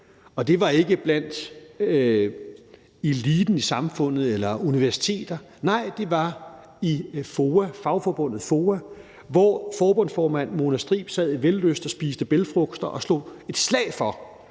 og det var ikke blandt eliten i samfundet eller på et universitet. Nej, det var i fagforbundet FOA, hvor forbundsformand Mona Striib sad i vellyst og spiste bælgfrugter og slog et slag for,